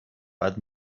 بعد